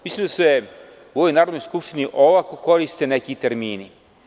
Mislim da se u ovoj Narodnoj skupštini olako koriste neki termini.